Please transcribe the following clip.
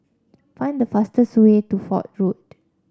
find the fastest way to Fort Road